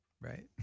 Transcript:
Right